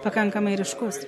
pakankamai ryškus